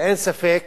אין ספק